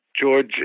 George